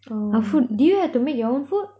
oh did you have to make your own food